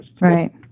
Right